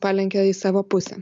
palenkia į savo pusę